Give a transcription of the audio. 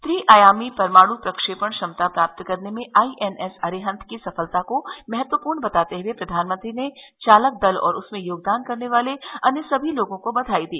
त्रिआयामी परमाणु प्रक्षेपण क्षमता प्राप्त करने में आईएनएस अरिहंत की सफलता को महत्वपूर्ण बताते हुए प्रधानमंत्री ने चालक दल और उसमें योगदान करने वाले अन्य सभी लोगों को बधाई दी